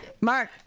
Mark